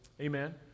Amen